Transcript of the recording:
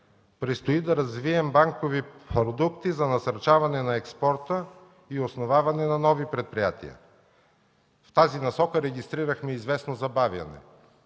Предстои да развием банкови продукти за насърчаване на експорта и основаване на нови предприятия. В тази насока регистрирахме и известно забавяне